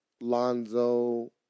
Lonzo